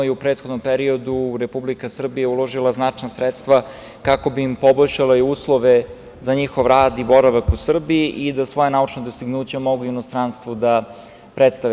U prethodnom periodu Republika Srbija je uložila značajna sredstva kako bi im poboljšala uslove za njihov rad i boravak u Srbiji i da svoja naučna dostignuća mogu u inostranstvu da predstave.